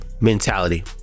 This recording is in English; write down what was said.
Mentality